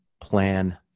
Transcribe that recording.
plan